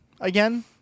again